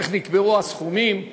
איך נקבעו הסכומים.